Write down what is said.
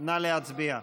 נא להצביע.